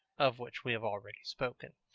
of which we have already spoken.